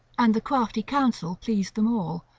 and the crafty counsel pleased them all.